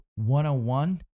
101